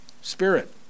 Spirit